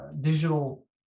digital